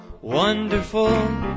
wonderful